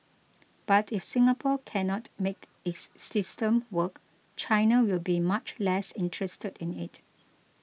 but if Singapore cannot make its system work China will be much less interested in it